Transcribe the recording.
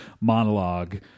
monologue